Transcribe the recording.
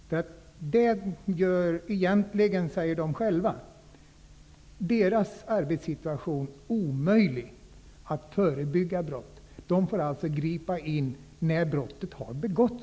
Polisernas arbetssituation blir härmed, som de själva säger, omöjlig när det gäller att förebygga brott. Polisen får alltså gripa in först när ett brott begåtts.